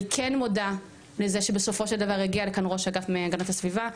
אני כן מודה לזה שבסופו של דבר הגיע לכאן ראש אגף מהגנת הסביבה,